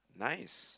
nice